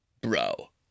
bro